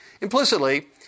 Implicitly